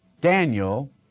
Daniel